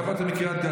אתה באת מקריית גת,